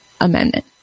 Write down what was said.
Amendment